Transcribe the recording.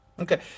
okay